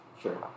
Sure